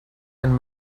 and